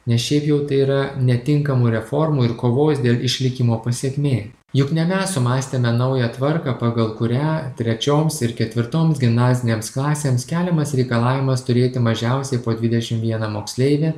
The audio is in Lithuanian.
nes šiaip jau tai yra netinkamų reformų ir kovos dėl išlikimo pasekmė juk ne mes sumąstėme naują tvarką pagal kurią trečioms ir ketvirtoms gimnazinėms klasėms keliamas reikalavimas turėti mažiausiai po dvidešim vieną moksleivį